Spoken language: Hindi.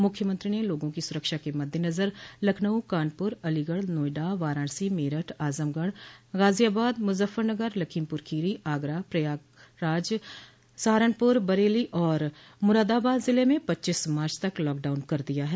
मुख्यमंत्री ने लोगों की सुरक्षा के मद्देनज़र लखनऊ कानपुर अलीगढ़ नोएडा वाराणसी मेरठ आजमगढ़ गाजियाबाद मुजफ्फरनगर लखीमपुर खीरी आगरा प्रयाग सहारनपुर बरेली और मुरादाबाद जिले में पच्चीस मार्च तक लॉक डाउन कर दिया है